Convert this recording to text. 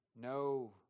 No